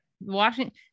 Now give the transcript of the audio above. Washington